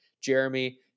Jeremy